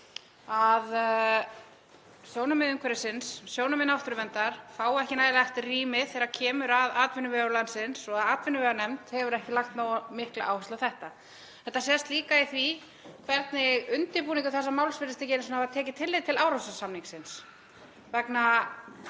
að sjónarmið umhverfisins, sjónarmið náttúruverndar fá ekki nægilegt rými þegar kemur að atvinnuvegum landsins og að atvinnuveganefnd hefur ekki lagt nógu mikla áherslu á þetta. Þetta sést líka í því hvernig undirbúningur þessa máls virðist ekki einu sinni hafa tekið tillit til Árósasamningsins vegna